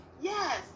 Yes